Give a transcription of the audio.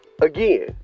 again